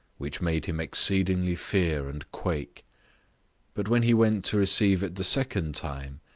which made him exceedingly fear and quake but when he went to receive it the second time,